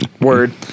Word